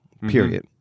Period